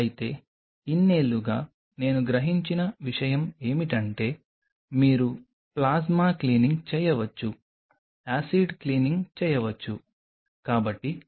అయితే ఇన్నేళ్లుగా నేను గ్రహించిన విషయం ఏమిటంటే మీరు ప్లాస్మా క్లీనింగ్ చేయవచ్చు యాసిడ్ క్లీనింగ్ చేయవచ్చు